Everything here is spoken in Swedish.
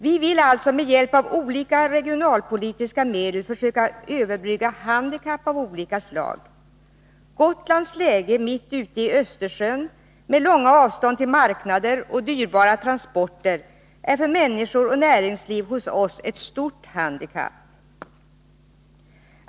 Vi vill alltså med hjälp av olika regionalpolitiska medel försöka överbrygga handikapp av olika slag. Gotlands läge mitt ute i Östersjön, med långa avstånd till marknader och dyrbara transporter, är för människor och näringsliv hos oss ett stort handikapp.